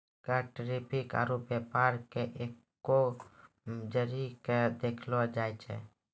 कर टैरिफ आरू व्यापार के एक्कै मे जोड़ीके देखलो जाए छै